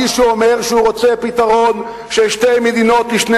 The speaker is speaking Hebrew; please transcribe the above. מי שאומר שהוא רוצה פתרון של שתי מדינות לשני